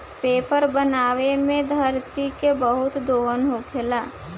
paper बनावे मे धरती के बहुत दोहन होखेला